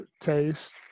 taste